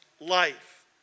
life